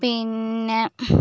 പിന്നേ